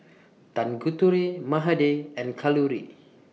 Tanguturi Mahade and Kalluri